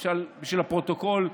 אבל בשביל הפרוטוקול,